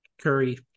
Curry